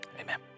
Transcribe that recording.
amen